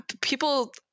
people